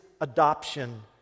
adoption